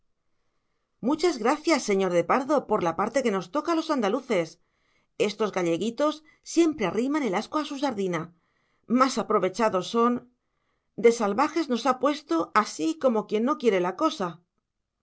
muchas gracias señor de pardo por la parte que nos toca a los andaluces estos galleguitos siempre arriman el ascua a su sardina más aprovechados son de salvajes nos ha puesto así como quien no quiere la cosa